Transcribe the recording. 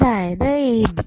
അതായത് ab